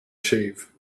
shave